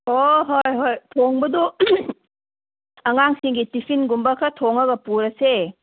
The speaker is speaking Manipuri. ꯑꯣ ꯍꯣꯏ ꯍꯣꯏ ꯊꯣꯡꯕꯗꯨ ꯑꯉꯥꯡꯁꯤꯡꯒꯤ ꯇꯤꯐꯤꯟꯒꯨꯝꯕ ꯈꯔ ꯊꯣꯡꯉꯒ ꯄꯨꯔꯁꯦ